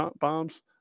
bombs